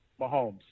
Mahomes